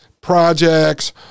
projects